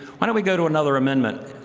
why don't we go to another amendment.